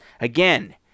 again